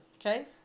Okay